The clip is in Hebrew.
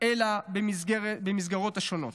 אלא במסגרות השונות.